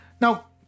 Now